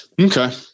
Okay